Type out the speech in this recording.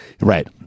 Right